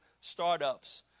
startups